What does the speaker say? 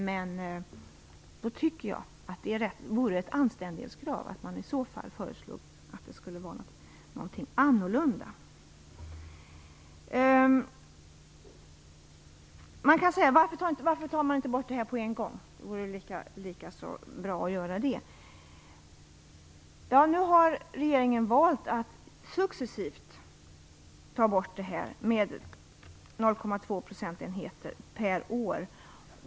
Jag tycker då att det är ett anständighetskrav att man i så fall föreslår något annat. Man kan fråga varför man inte tar bort Gotlandstillägget på en gång, eftersom det vore lika så bra att göra det. Regeringen har nu valt att successivt ta bort detta med 0,2 procentenheter per år.